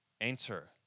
enter